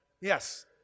Yes